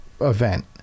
event